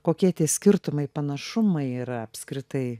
kokie tie skirtumai panašumai yra apskritai